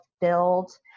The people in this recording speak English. build